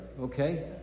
Okay